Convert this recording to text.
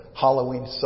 Halloween